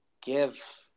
give